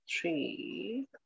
three